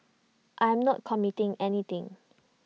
I am not committing anything